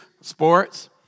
sports